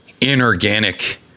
inorganic